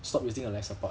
stop using her life support